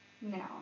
No